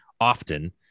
often